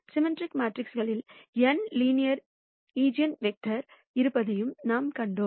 symmetric மேட்ரிக்ஸ்க்குகளில் n linear independent ஈஜென்வெக்டர்கள் இருப்பதையும் நாம் கண்டோம்